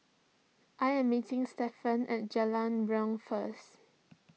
I am meeting Stephan at Jalan Riang first